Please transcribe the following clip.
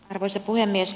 arvoisa puhemies